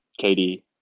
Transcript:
KD